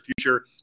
future